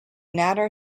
nader